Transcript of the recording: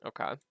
Okay